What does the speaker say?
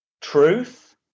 truth